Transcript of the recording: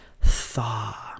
Thaw